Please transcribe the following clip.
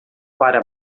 para